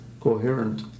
coherent